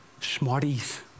smarties